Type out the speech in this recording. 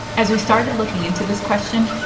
as we started looking into this question,